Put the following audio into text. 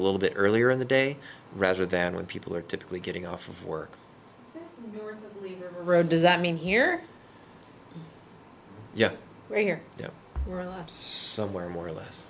little bit earlier in the day rather than when people are typically getting off of work does that mean here you are your relatives somewhere more or less